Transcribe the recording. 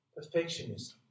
perfectionism